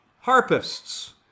harpists